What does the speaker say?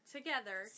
Together